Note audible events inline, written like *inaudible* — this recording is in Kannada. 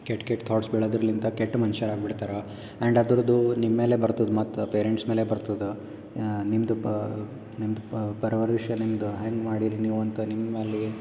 ಕೆಟ್ಟ ಕೆಟ್ಟ ಥಾಟ್ಸ್ ಬೆಳೆಯೋದರ್ಲಿಂತ ಕೆಟ್ಟ ಮನುಷ್ಯರ್ ಆಗಿ ಬಿಡ್ತಾರ ಆ್ಯಂಡ್ ಅದ್ರದು ನಿಮ್ಮ ಮೇಲೆ ಬರ್ತದೆ ಮತ್ತು ಪೇರೆಂಟ್ಸ್ ಮೇಲೆ ಬರ್ತದೆ ನಿಮ್ಮದು ಪ ನಿಮ್ಮದು *unintelligible* ಇಂದ ಹೆಂಗೆ ಮಾಡಿರಿ ನೀವು ಅಂತ ನಿಮ್ಮ ಮ್ಯಾಲೆ